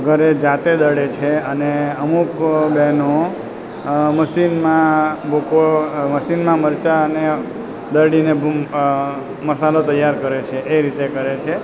ઘરે જાતે દળે છે અને અમુક બેનો મશીનમાં ભૂકો મશીનમાં મરચાં અને દળીને મસાલો તૈયાર કરે છે એ રીતે કરે છે